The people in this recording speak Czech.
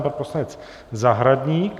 Pan poslanec Zahradník?